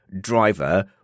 driver